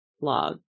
blog